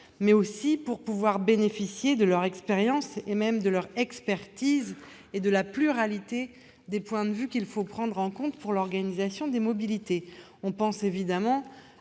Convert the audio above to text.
part, pour pouvoir bénéficier de leur expérience, voire de leur expertise, et de la pluralité des points de vue qu'il faut prendre en compte pour l'organisation des mobilités. Je pense à